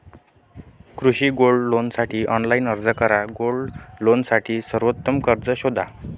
कृषी गोल्ड लोनसाठी ऑनलाइन अर्ज करा गोल्ड लोनसाठी सर्वोत्तम कर्ज शोधा